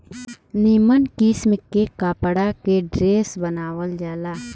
निमन किस्म के कपड़ा के ड्रेस बनावल जाला